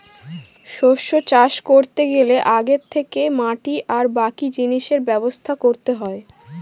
শস্য চাষ করতে গেলে আগে থেকে মাটি আর বাকি জিনিসের ব্যবস্থা করতে হয়